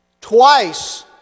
twice